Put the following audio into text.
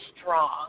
strong